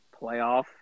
playoff